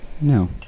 No